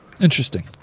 Interesting